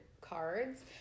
cards